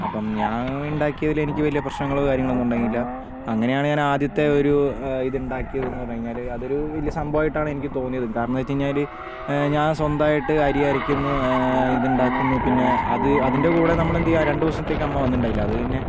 അപ്പം ഞാൻ ഉണ്ടാക്കിയതിൽ എനിക്ക് വലിയ പ്രശ്നങ്ങൾ കാര്യങ്ങളൊന്നും ഉണ്ടായില്ല അങ്ങനെയാണ് ഞാനാദ്യത്തെ ഒരു ഇതിണ്ടാക്കിയത് എന്ന് പറഞ്ഞ് കഴിഞ്ഞാൽ അതൊരു വലിയ സംഭവമായിട്ടാണ് എനിക്ക് തോന്നിയത് കാരണമെന്ന് വെച്ചുകഴിഞ്ഞാൽ ഞാൻ സ്വന്തമായിട്ട് അരി അരക്കുന്നു ഇതിണ്ടാക്കുന്നു പിന്നെ അത് അതിൻറെ കൂടെ നമ്മൾ എന്ത് ചെയ്യാ രണ്ടുദിവസത്തേക്ക് അമ്മ വന്നിട്ടുണ്ടായില്ല അത് പിന്നെ